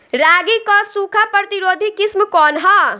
रागी क सूखा प्रतिरोधी किस्म कौन ह?